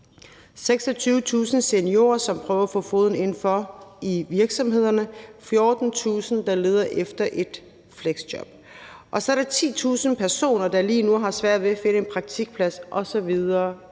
26.000 seniorer, som prøver at få foden indenfor i virksomhederne, 14.000, der leder efter et fleksjob, og så er der 10.000 personer, der lige nu har svært ved at finde en praktikplads osv.